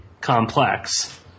complex